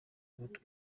not